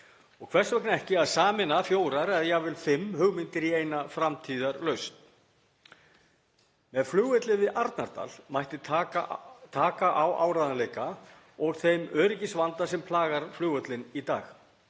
Hvers vegna ekki að sameina fjórar eða jafnvel fimm hugmyndir í eina framtíðarlausn? Með flugvelli við Arnardal mætti taka á áreiðanleika og þeim öryggisvanda sem plagar flugvöllinn í dag.